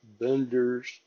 vendors